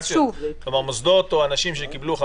כלומר מוסדות או אנשים שהטילו עליהם